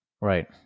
right